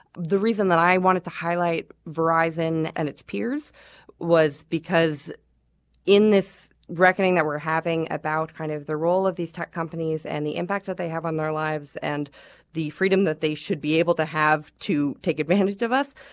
the reason that i wanted to highlight verizons and its peers was because in this reckoning that we're having about kind of the role of these tech companies and the impact that they have on their lives and the freedom that they should be able to have to take advantage of us.